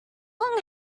long